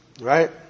Right